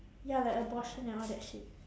ya like abortion and all that shit